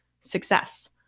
success